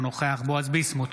אינו נוכח בועז ביסמוט,